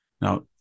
Now